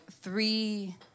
three